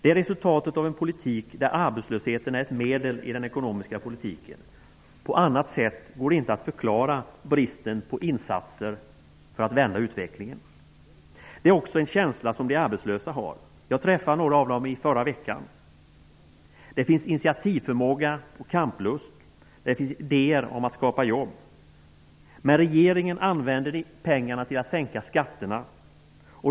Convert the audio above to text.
Det är resultatet av en politik där arbetslösheten är ett medel i den ekonomiska politiken. På annat sätt går det inte att förklara bristen på insatser för att vända utvecklingen. Det är också den känsla som de arbetslösa har. Jag träffade några av dem i förra veckan. Det finns intiativförmåga och kamplust. Det finns idéer för att skapa jobb. Men regeringen använder pengarna till att sänka skatterna.